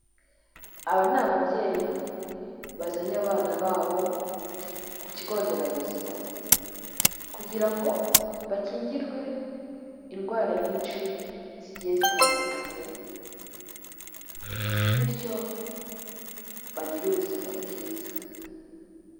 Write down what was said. Aba ni ababyeyi bazanye abana babo ku kigo nderabuzima, kugira ngo bakingirwe indwara nyinshi zigiye zitandukanye, bityo bagire ubuzima bwiza.